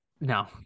No